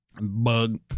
Bug